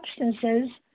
substances